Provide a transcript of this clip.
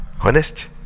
Honest